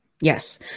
yes